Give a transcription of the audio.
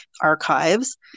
archives